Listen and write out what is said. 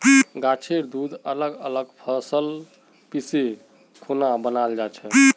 गाछेर दूध अलग अलग फसल पीसे खुना बनाल जाछेक